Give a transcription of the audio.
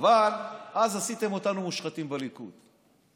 אבל אז עשיתם אותנו מושחתים, בליכוד.